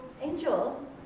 Angel